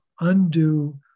undue